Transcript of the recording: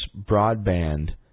broadband